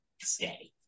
stay